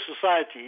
society